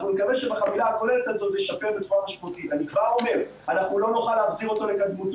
אנחנו ניקח את הכול בחשבון וננסה לאורך הזמן לשפר.